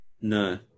No